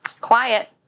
quiet